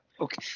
okay